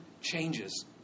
changes